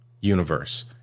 universe